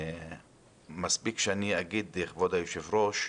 מספיק שאני אגיד, כבוד היושב-ראש,